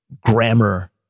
grammar